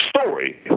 story